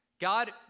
God